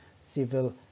civil